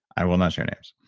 i will not share names,